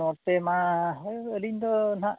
ᱱᱚᱛᱮ ᱢᱟ ᱦᱳᱭ ᱟᱹᱞᱤᱧ ᱫᱚ ᱦᱟᱸᱜ